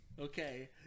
Okay